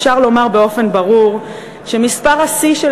אפשר לומר באופן ברור שמספר השיא של